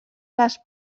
les